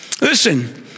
Listen